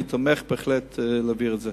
אני תומך בהחלט בהצעה להעביר את זה.